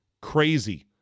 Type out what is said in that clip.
crazy